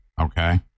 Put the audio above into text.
okay